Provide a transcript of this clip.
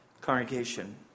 Congregation